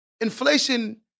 inflation